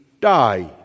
die